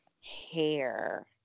Hair